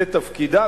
זה תפקידה.